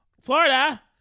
Florida